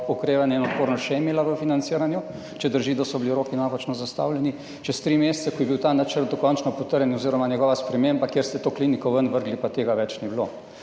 okrevanje in odpornost še imela v financiranju, če drži, da so bili roki napačno zastavljeni, čez tri mesece, ko je bil ta načrt dokončno potrjen oziroma njegova sprememba, kjer ste to kliniko ven vrgli, pa tega ni bilo